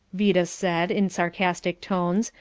vida said, in sarcastic tones,